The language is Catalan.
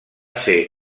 ser